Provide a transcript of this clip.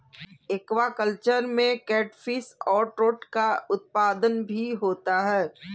aquaculture में catfish और trout का उत्पादन भी होता है